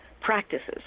practices